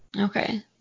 Okay